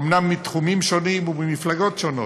אומנם מתחומים שונים ובמפלגות שונות,